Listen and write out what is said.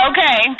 Okay